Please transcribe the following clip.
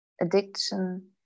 addiction